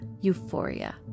euphoria